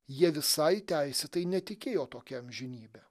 jie visai teisėtai netikėjo tokia amžinybe